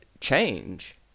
change